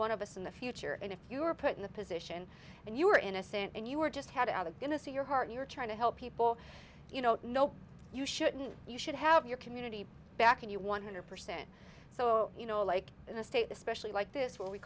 one of us in the future and if you were put in the position and you were innocent and you were just had other going to say your heart you're trying to help people you know no you shouldn't you should have your community backing you one hundred percent so you know like in a state especially like this where we